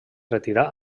retirà